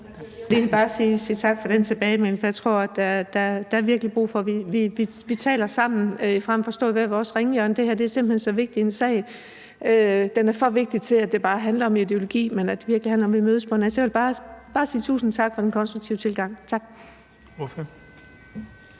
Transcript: egentlig bare sige tak for den tilbagemelding, for jeg tror virkelig, der er brug for, at vi taler sammen frem for at stå i hvert vores ringhjørne. Det her er simpelt hen så vigtig en sag. Den er for vigtig til, at det bare handler om ideologi. Det handler virkelig om, at vi mødes. Så jeg vil bare sige tusind tak for den konstruktive tilgang. Tak.